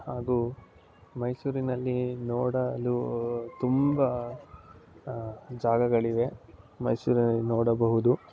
ಹಾಗೂ ಮೈಸೂರಿನಲ್ಲಿ ನೋಡಲು ತುಂಬ ಜಾಗಗಳಿವೆ ಮೈಸೂರಿನಲ್ಲಿ ನೋಡಬಹುದು